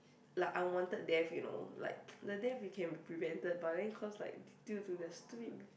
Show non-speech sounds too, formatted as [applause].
like unwanted death you know like [noise] the death can be prevented but then cause like due to the stupid